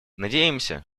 надеемся